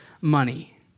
money